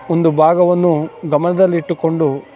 ಒಂದು ಭಾಗವನ್ನು ಗಮನದಲ್ಲಿ ಇಟ್ಟುಕೊಂಡು